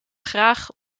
graag